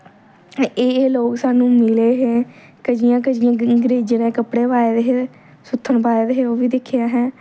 एह् एह् लोग सानू मिले हे कज़ियां कज़ियां अंग्रेजनें कपड़े पाए दे हे सुत्थन पाए दे हे ओह् बी दिक्खे असें